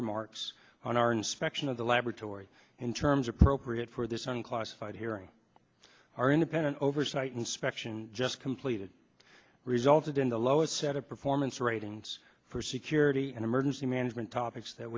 remarks on our inspection of the laboratory in terms of appropriate for this unclassified hearing our independent oversight inspection just completed resulted in the lowest set of performance ratings for security and emergency management topics that